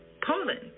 Poland